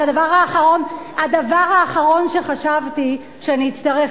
זה הדבר האחרון שחשבתי שאני אצטרך,